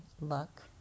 Luck